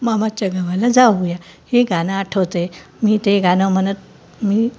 मामाच्या गावाला जाऊया हे गाणं आठवते मी ते गाणं म्हणत मी